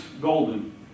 golden